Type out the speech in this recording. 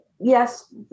yes